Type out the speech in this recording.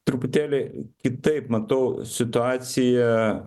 truputėlį kitaip matau situaciją